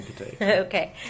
Okay